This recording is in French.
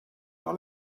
par